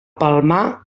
palmar